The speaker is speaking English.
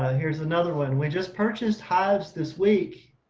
here's another one. we just purchased hives this week,